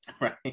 Right